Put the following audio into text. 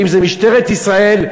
אם זה משטרת ישראל,